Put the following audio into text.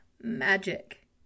magic